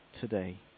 today